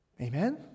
Amen